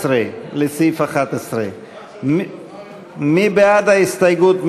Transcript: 19 לסעיף 11. מי בעד ההסתייגות?